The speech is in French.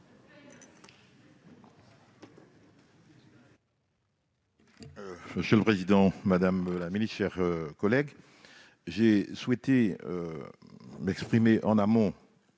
Monsieur le président, madame la ministre, mes chers collègues, j'ai souhaité m'exprimer en amont